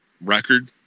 record